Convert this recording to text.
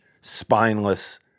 spineless